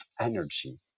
energy